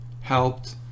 helped